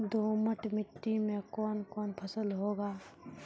दोमट मिट्टी मे कौन कौन फसल होगा?